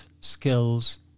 skills